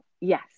yes